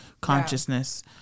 consciousness